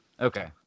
Okay